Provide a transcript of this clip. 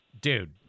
Dude